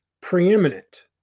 preeminent